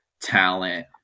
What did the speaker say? talent